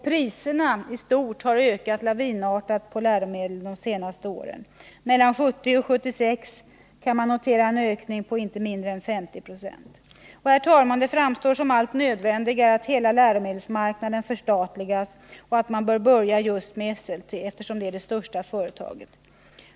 Priserna i stort har ökat lavinartat på läromedel under de senaste åren — mellan 1970 och 1976 kan man notera en ökning med inte mindre än 50 96. Herr talman! Det framstår som allt nödvändigare att hela läromedelsmarknaden förstatligas och att man bör börja med just Esselte, eftersom det är det största företaget.